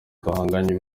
duhanganye